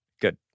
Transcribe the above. Good